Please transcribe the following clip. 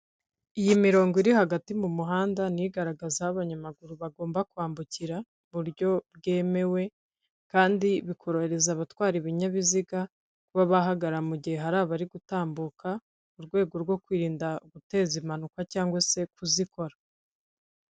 Iyi mirongo iri hagati mu muhanda ni igaragaza aho abanyamaguru bagomba kwambukira, mu buryo bwemewe kandi bikorohereza abatwara ibinyabiziga kuba bahagarara mu gihe hari abari gutambuka mu rwego rwo kwirinda guteza impanuka cyangwag se kuzikora.